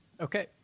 Okay